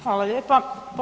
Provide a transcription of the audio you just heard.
Hvala lijepa.